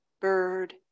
bird